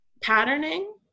patterning